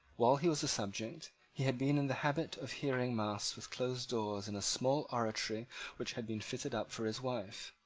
while he was a subject, he had been in the habit of hearing mass with closed doors in a small oratory which had been fitted up for his wife.